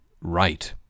right